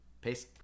Peace